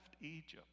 Egypt